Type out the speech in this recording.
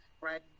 right